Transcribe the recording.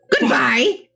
Goodbye